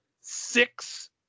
six